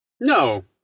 No